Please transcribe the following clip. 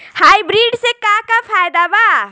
Hybrid से का का फायदा बा?